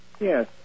Yes